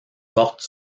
porte